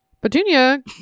petunia